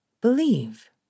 believe